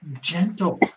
gentle